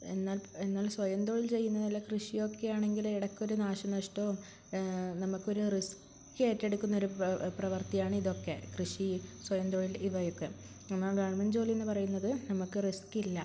എന്നാൽ എന്നാൽ സ്വയംതൊഴിൽ ചെയ്യുന്നതില് കൃഷിയൊക്കെ ആണെങ്കില് ഇടയ്ക്കൊരു നാശനഷ്ടവും നമുക്കൊരു റിസ്ക് ഏറ്റെടുക്കുന്നൊരു പ്രവർത്തിയാണ് ഇതൊക്കെ കൃഷി സ്വയംതൊഴിൽ ഇവയൊക്കെ എന്നാല് ഗവൺമെൻറ്റ് ജോലിയെന്ന് പറയുന്നത് നമുക്ക് റിസ്ക്കില്ല